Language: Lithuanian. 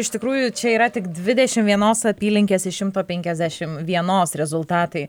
iš tikrųjų čia yra tik dvidešimt vienos apylinkės iš šimto penkiasdešimt vienos rezultatai